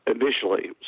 initially